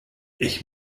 ich